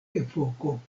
epoko